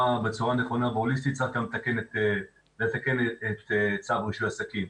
נכונה והוליסטית צריך גם לתקן את צו רישוי עסקים.